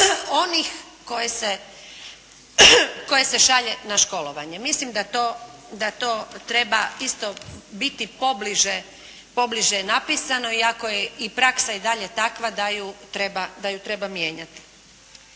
onih koje se šalje na školovanje. Mislim da to treba isto biti pobliže napisano iako je i praksa i dalje takva da ju treba mijenjati.